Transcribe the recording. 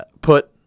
put –